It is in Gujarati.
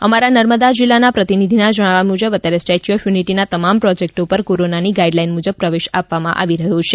અમારા નર્મદા જીલ્લાના પ્રતિનિધિના જણાવ્યા મુજબ અત્યારે સ્ટેચ્યુ ઓફ યુનિટીના તમામ પ્રોજેક્ટો પર કોરોનાથી ગાઇડલાઇન મુજબ પ્રવેશ આપવામાં આવી રહ્યો છે